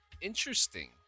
Interesting